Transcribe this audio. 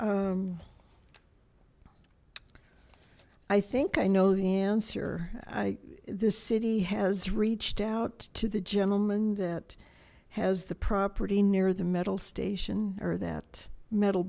i think i know the answer i the city has reached out to the gentleman that has the property near the metal station or that metal